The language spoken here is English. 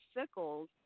sickles